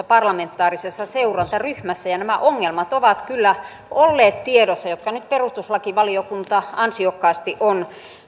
parlamentaarisessa seurantaryhmässä ja nämä ongelmat ovat kyllä olleet tiedossa jotka nyt perustuslakivaliokunta ansiokkaasti on